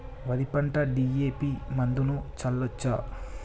వరి పంట డి.ఎ.పి మందును చల్లచ్చా?